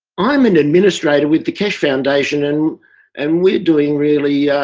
i'm an administrator with the keshe foundation and and we're doing really,